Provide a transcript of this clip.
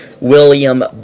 William